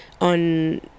on